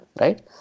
right